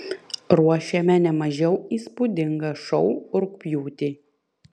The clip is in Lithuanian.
ruošiame ne mažiau įspūdingą šou rugpjūtį